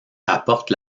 apporte